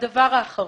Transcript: הדבר האחרון.